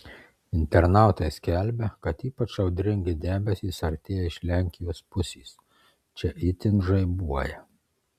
internautai skelbia kad ypač audringi debesys artėja iš lenkijos pusės čia itin žaibuoja